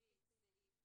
לפי סעיף